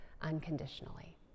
unconditionally